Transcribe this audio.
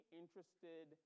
interested